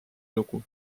lugu